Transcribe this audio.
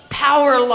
power